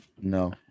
No